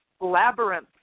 labyrinth